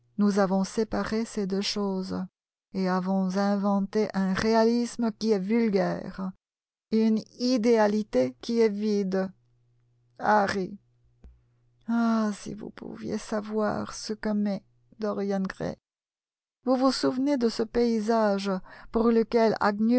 nous avons séparé ces deux choses et avons inventé un réalisme qui est vulgaire une idéalité qui est vide ah ilarry si vous pouviez savoir ce que m'est dorian gray vous vous souvenez de ce paysage pour lequel